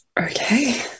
Okay